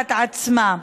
הנפגעת עצמה.